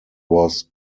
was